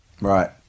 Right